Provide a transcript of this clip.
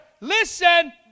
listen